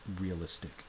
realistic